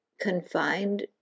confined